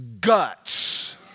guts